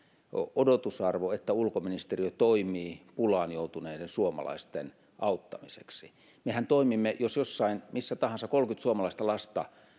odotusarvo että ulkoministeriö toimii pulaan joutuneiden suomalaisten auttamiseksi mehän toimimme jos jossain missä tahansa kolmekymmentä suomalaista lasta